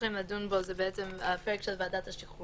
צריכים לדון בו הוא הפרק של ועדת השחרורים,